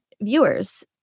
viewers